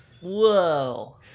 Whoa